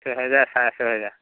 ছয়হেজাৰ চাৰে ছয়হেজাৰ